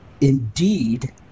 Indeed